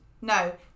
No